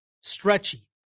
Stretchy